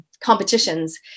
competitions